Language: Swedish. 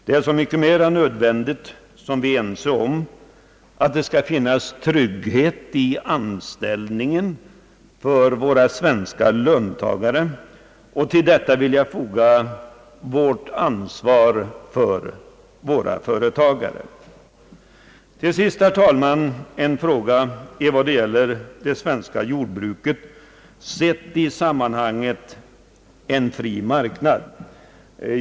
Det är så mycket mer nödvändigt som vi är ense om att det skall finnas trygghet i anställningen för våra svenska löntagare, och till detta vill jag foga vårt ansvar för våra företagare. Till sist, herr talman, vill jag beröra en fråga som gäller det svenska jordbruket sett i samband med en fri marknad.